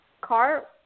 car